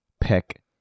pick